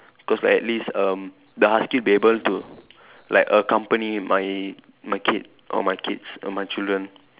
because like at least um the husky will be able to like accompany my my kid or my kids or my children